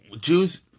Jews